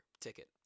ticket